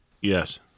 Yes